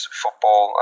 football